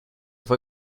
fue